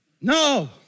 No